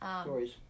Stories